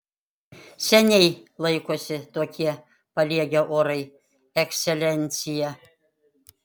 seniai laikosi tokie paliegę orai ekscelencija